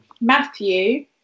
Matthew